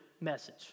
message